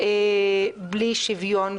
בלי שוויון.